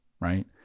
right